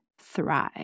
thrive